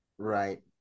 Right